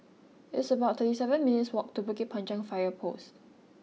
it's about thirty seven minutes' walk to Bukit Panjang Fire Post